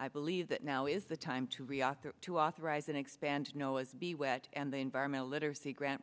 i believe that now is the time to react to authorize an expanded no as be wet and the environmental literacy grant